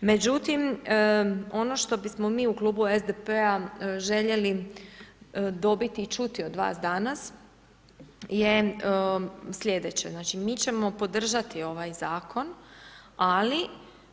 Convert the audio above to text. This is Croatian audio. Međutim, ono što bismo mi u Klubu SDP-a željeli dobiti i čuti od vas danas, je sljedeće, znači mi ćemo podržati ovaj zakon, ali